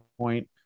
point